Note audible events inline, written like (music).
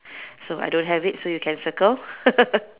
so I don't have it so you can circle (laughs)